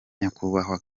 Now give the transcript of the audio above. nyakubahwa